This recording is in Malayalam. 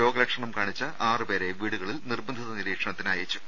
രോഗല ക്ഷണം കാണിച്ച ആറുപേരെ വീടുകളിൽ നിർബന്ധിത നിരീക്ഷണത്തിന് അയച്ചു